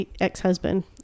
ex-husband